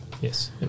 Yes